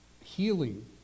healing